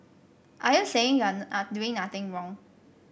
are you saying you're are doing nothing wrong